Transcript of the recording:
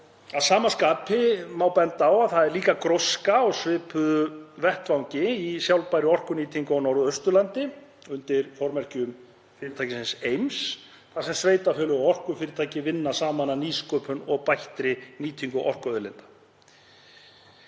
Að sama skapi má benda á að gróska er á svipuðum vettvangi í sjálfbærri orkunýtingu á Norðausturlandi, undir formerkjum fyrirtækisins Eims, þar sem sveitarfélög og orkufyrirtæki vinna saman að nýsköpun og bættri nýtingu orkuauðlinda.